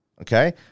okay